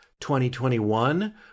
2021